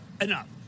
enough